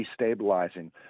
destabilizing